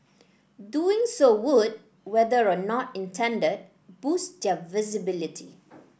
doing so would whether or not intended boost their visibility